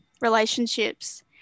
relationships